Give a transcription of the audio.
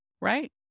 Right